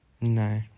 no